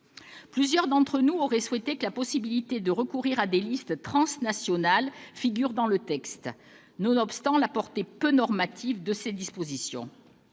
Plusieurs d'entre nous auraient souhaité que la possibilité de recourir à des listes transnationales figure dans le texte, nonobstant la portée peu normative de cette disposition.